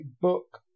book